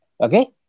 Okay